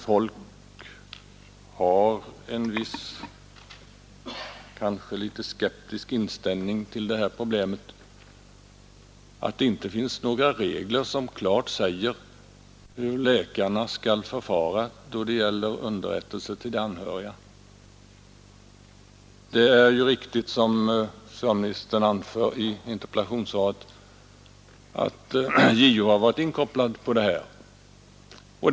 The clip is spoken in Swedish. Folk har en viss något skeptisk inställning till problemet, och det är då ganska egendomligt att det inte finns några regler som klart säger hur läkarna skall förfara med underrättelser till de anhöriga. Som socialministern anfört i interpellationssvaret har JO varit inkopplad på denna fråga.